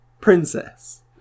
princess